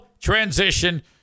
transition